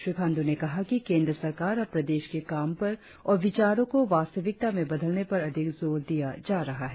श्री खांडू ने कहा कि केंद्र सरकार अब प्रदेश के काम पर और विचारों को वास्तविकता में बदलने पर अधिक जोर दिया जा रहा है